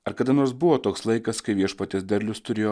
ar kada nors buvo toks laikas kai viešpaties derlius turėjo